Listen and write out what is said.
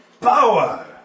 power